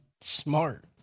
Smart